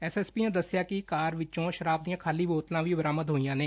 SSP ਨੇ ਦੱਸਿਆ ਕਿ ਕਾਰ ਵਿਚੋ ਸ਼ਰਾਬ ਦੀਆਂ ਖਾਲੀ ਬੋਤਲਾਂ ਵੀ ਬਰਾਮਦ ਹੋਈਆਂ ਨੇ